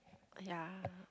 uh ya